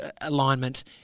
alignment